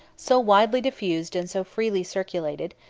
so widely diffused and so freely circulated,